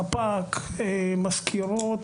חפ"ק, מזכירות